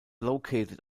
located